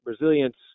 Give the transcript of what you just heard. resilience